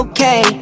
Okay